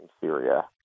Syria